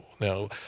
Now